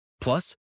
Plus